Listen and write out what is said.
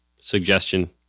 suggestion